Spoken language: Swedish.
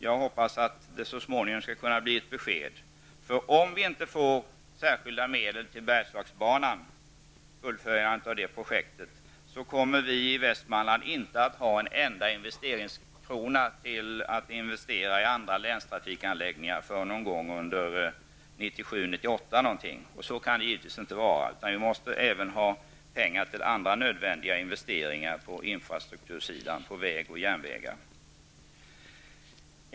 Jag hoppas att jag så småningom skall kunna få ett besked. Om vi inte får särskilda medel för fullföljandet av Bergslagsbanan kommer vi i Västmanland inte att ha en enda krona för investeringar i andra länstrafiksanläggningar förrän någon gång under år 1997 eller 1998. Så kan det naturligtvis inte vara, utan vi måste ha pengar även till andra nödvändiga nyinvesteringar i infrastruktur, till vägar och järnvägar.